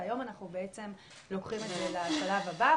והיום אנחנו לוקחים את זה לשלב הבא.